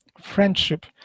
Friendship